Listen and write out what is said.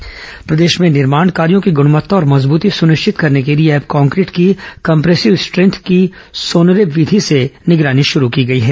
गुणवत्ता जांच प्रदेश में निर्माण कार्यों की गुणवत्ता और मजबूती सुनिश्चित करने के लिए अब कांक्रीट की कम्प्रेसिव स्ट्रेंथ की सोनरेब विधि से निगरानी शुरू की गई है